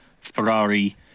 Ferrari